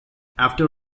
after